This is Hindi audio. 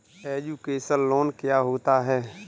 एजुकेशन लोन क्या होता है?